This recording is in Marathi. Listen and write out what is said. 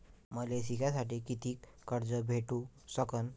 मले शिकासाठी कितीक कर्ज भेटू सकन?